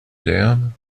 dam